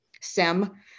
SEM